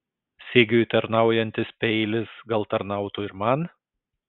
sigiui tarnaujantis peilis gal tarnautų ir man